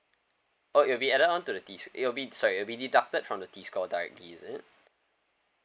oh it'll be added on to the t s~ it'll be sorry it'll be deducted from the t score directly is it